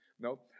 No